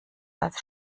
als